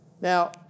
Now